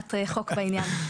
הצעת חוק בעניין.